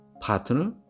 partner